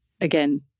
again